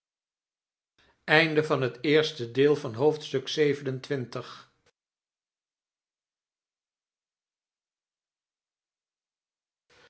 oosten van het westen van het